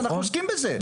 אנחנו עוסקים בזה.